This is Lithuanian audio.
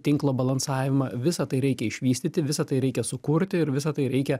tinklą balansavimą visa tai reikia išvystyti visa tai reikia sukurti ir visa tai reikia